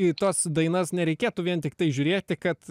į tas dainas nereikėtų vien tiktai žiūrėti kad